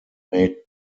made